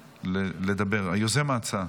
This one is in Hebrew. לדבר, יוזם ההצעה.